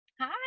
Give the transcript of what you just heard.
Hi